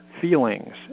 feelings